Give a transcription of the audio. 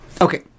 Okay